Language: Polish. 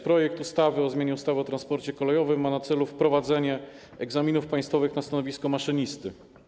Projekt ustawy o zmianie ustawy o transporcie kolejowym ma na celu wprowadzenie egzaminów państwowych na stanowisko maszynisty.